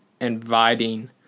inviting